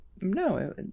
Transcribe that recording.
no